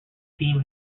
team